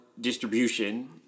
distribution